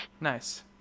Nice